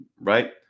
right